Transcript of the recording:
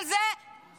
אבל זה peanuts,